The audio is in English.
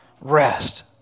rest